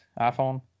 iPhone